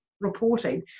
reporting